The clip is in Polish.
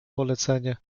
polecenie